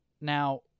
Now